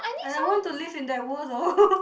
and I want to live in that world though